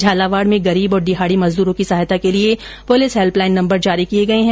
झालावाड में गरीब और दिहाडी मजदूरों की सहायता के लिए पुलिस हैल्पलाईन नम्बर जारी किए गए है